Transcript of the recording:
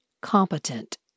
competent